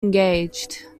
engaged